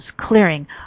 clearing